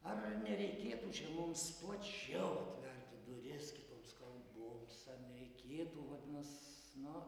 ar nereikėtų čia mums plačiau atverti duris kitoms kalboms ar nereikėtų vadinas na